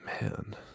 man